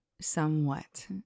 somewhat